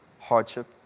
hardship